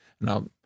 Now